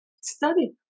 Study